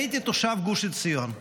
הייתי תושב גוש עציון.